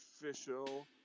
official